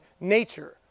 nature